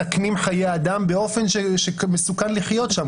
מסכנים חיי אדם באופן שמסוכן לחיות שם.